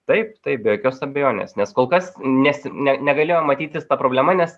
taip taip be jokios abejonės nes kol kas nes negalėjo matytis ta problema nes